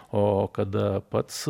o kada pats